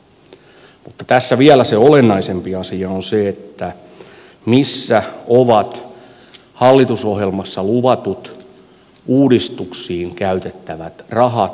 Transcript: mutta tässä vielä se olennaisempi asia on se missä ovat hallitusohjelmassa luvatut uudistuksiin käytettävät rahat kehyskaudella